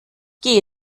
gehe